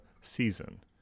season